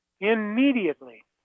immediately